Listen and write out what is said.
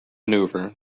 maneuver